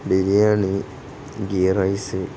biryani ghee rice